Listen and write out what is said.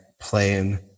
playing